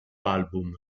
album